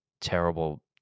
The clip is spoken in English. terrible